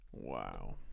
Wow